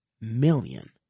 million